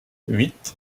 huit